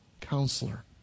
counselor